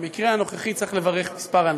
במקרה הנוכחי צריך לברך כמה אנשים,